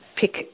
pick